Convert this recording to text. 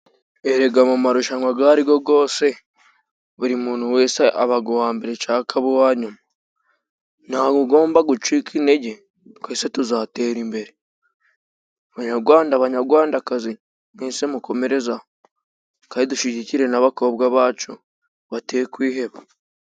Erega mu marushanwa ayo ariyo yose buri muntu wese aba uwambere cyangwa akaba uwanyuma, ntawe ugomba gucika intege twese tuzatera imbere. Banyarwanda banyarwandakazi mwese mukomereze aho kandi dushyigikire n'abakobwa bacu batekwiheba.